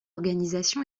organisation